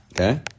Okay